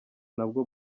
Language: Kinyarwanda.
nabwo